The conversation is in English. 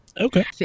Okay